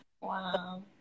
Wow